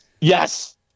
Yes